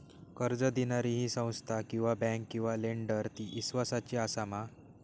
कर्ज दिणारी ही संस्था किवा बँक किवा लेंडर ती इस्वासाची आसा मा?